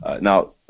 now